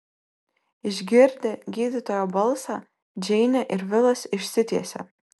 išgirdę gydytojo balsą džeinė ir vilas išsitiesė